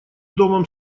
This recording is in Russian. домом